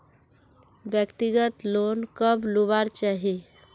व्यक्तिगत लोन कब लुबार चही?